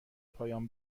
پایان